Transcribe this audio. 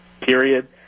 period